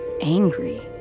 angry